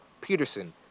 Peterson